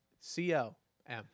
C-O-M